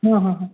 হ্যাঁ হ্যাঁ